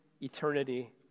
eternity